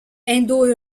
indo